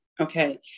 Okay